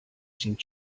seemed